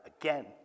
again